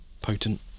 potent